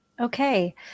Okay